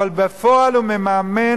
אבל בפועל הוא מממן